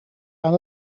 aan